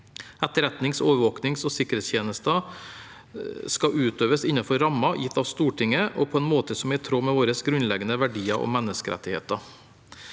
Etterretnings-, overvåknings- og sikkerhetstjenester skal utøves innenfor rammer gitt av Stortinget og på en måte som er i tråd med våre grunnleggende verdier og menneskerettigheter.